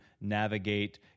navigate